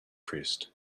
priest